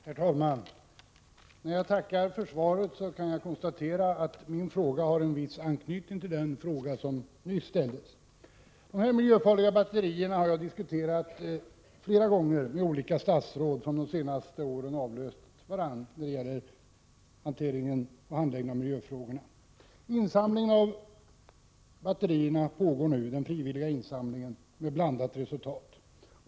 Herr talman! När jag tackar för svaret kan jag konstatera att min fråga har en viss anknytning till den fråga som nyss besvarades. Frågan om de miljöfarliga batterierna har jag diskuterat flera gånger med de olika statsråd som de senaste åren har avlöst varandra när det gäller handläggningen av miljöfrågorna. Den frivilliga insamlingen av batterier pågår nu, med blandat resultat.